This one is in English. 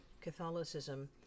Catholicism